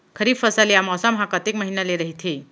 खरीफ फसल या मौसम हा कतेक महिना ले रहिथे?